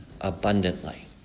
abundantly